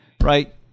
right